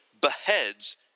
beheads